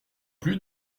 plus